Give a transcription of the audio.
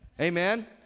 amen